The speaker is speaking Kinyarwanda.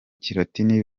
kilatini